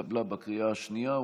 התקבלה בקריאה השנייה.